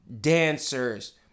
dancers